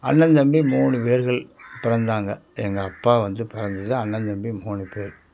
அண்ணன் தம்பி மூணு பேர்கள் பிறந்தாங்க எங்கள் அப்பா வந்து பிறந்தது அண்ணன் தம்பி மூணு பேர்